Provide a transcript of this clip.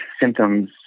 symptoms